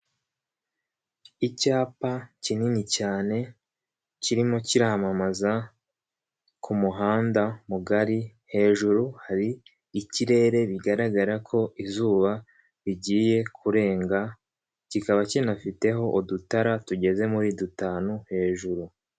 Icyapa kinini cyane kirimo kiramamaza ku muhanda mugari, hejuru hari ikirere bigaragara ko izuba rigiye kurenga kikaba kinafiteho udutara tugeze muri dutanu hejuru.